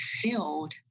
filled